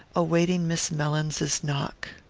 awaiting miss mellins's knock.